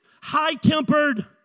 high-tempered